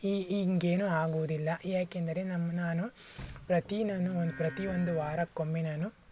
ಈ ಹಿಂಗೇನೂ ಆಗೋದಿಲ್ಲ ಏಕೆಂದರೆ ನಮ್ಮ ನಾನು ಪ್ರತಿ ನಾನು ಒಂದು ಪ್ರತಿ ಒಂದು ವಾರಕ್ಕೊಮ್ಮೆ ನಾನು